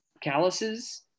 calluses